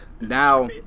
now